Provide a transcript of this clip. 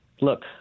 look